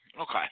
okay